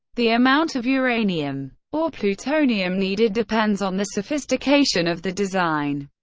the amount of uranium or plutonium needed depends on the sophistication of the design,